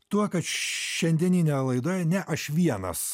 tuo kad šiandieninėje laidoje ne aš vienas